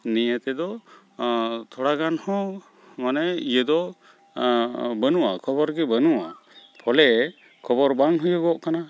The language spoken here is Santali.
ᱱᱤᱭᱟᱹᱛᱮᱫᱚ ᱛᱷᱚᱲᱟᱜᱟᱱ ᱦᱚᱸ ᱢᱟᱱᱮ ᱤᱭᱟᱹᱫᱚ ᱵᱟᱹᱱᱩᱜᱼᱟ ᱠᱷᱚᱵᱚᱨᱜᱮ ᱵᱟᱹᱱᱩᱜᱼᱟ ᱯᱷᱚᱞᱮ ᱠᱷᱚᱵᱚᱨ ᱵᱟᱝ ᱦᱩᱭᱩᱜᱚᱜ ᱠᱟᱱᱟ